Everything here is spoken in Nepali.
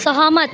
सहमत